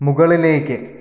മുകളിലേക്ക്